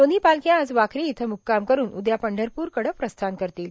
दोन्ही पालख्या आज वाखरी इथं मुक्काम करुन उद्या पंढरपूरकडे प्रस्थान करतील